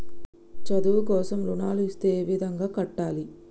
చదువు కోసం రుణాలు ఇస్తే ఏ విధంగా కట్టాలి?